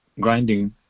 grinding